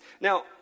Now